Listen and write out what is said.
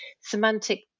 semantic